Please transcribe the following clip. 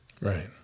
Right